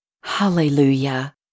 Hallelujah